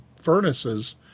furnaces